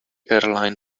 airline